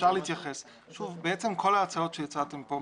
כל ההצעות שהצעתם פה,